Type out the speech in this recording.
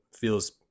feels